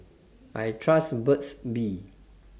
I Trust Burt's Bee